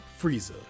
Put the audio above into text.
Frieza